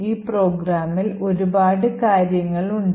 ഈ പ്രോഗ്രാമിൽ ഒരുപാട് കാര്യങ്ങളുണ്ട്